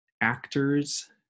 actors